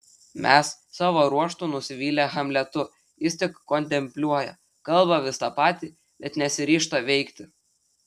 mes savo ruožtu nusivylę hamletu jis tik kontempliuoja kalba vis tą patį bet nesiryžta veikti